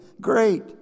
great